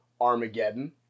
Armageddon